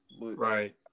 Right